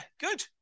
good